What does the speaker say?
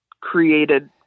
created